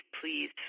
please